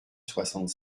soixante